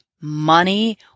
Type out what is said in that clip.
money